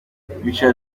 richard